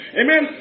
amen